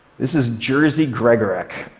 this is jerzy gregorek.